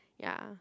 ya